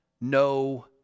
no